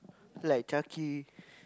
like Chucky